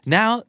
Now